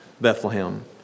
Bethlehem